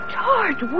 George